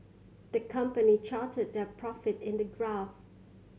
the company charted their profit in the graph